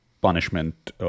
punishment